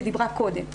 שדיברה קודם.